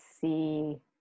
see